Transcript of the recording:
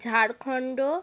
Jharkhand